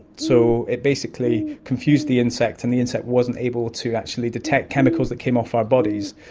so it basically confused the insect and the insect wasn't able to actually detect chemicals that came off our bodies.